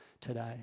today